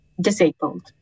disabled